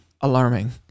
alarming